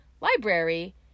library